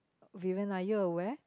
Vivian are you aware